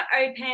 open